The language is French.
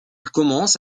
commence